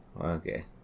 Okay